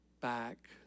back